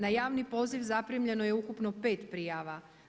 Na javni poziv zaprimljeno je ukupno 5 prijava.